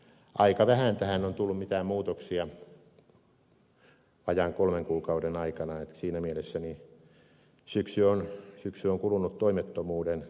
aika vähän tähän on tullut mitään muutoksia vajaan kolmen kuukauden aikana niin että siinä mielessä syksy on kulunut toimettomuuden merkeissä